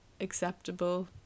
acceptable